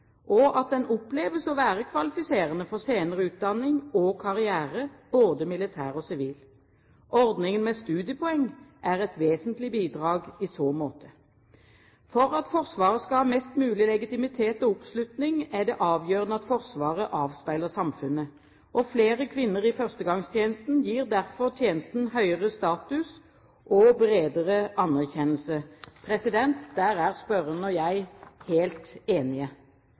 og at den oppleves å være kvalifiserende for senere utdanning og karriere, både militær og sivil. Ordningen med studiepoeng er et vesentlig bidrag i så måte. For at Forsvaret skal ha mest mulig legitimitet og oppslutning, er det avgjørende at Forsvaret avspeiler samfunnet. Flere kvinner i førstegangstjenesten gir derfor tjenesten høyere status og bredere anerkjennelse. Der er spørreren og jeg helt